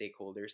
stakeholders